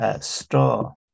store